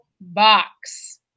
box